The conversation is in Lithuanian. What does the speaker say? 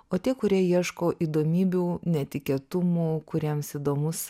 o tie kurie ieško įdomybių netikėtumų kuriems įdomus